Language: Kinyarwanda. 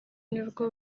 nirwo